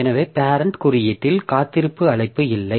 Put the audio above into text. எனவே பேரெண்ட் குறியீட்டில் காத்திருப்பு அழைப்பு இல்லை